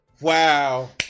wow